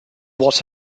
was